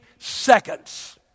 seconds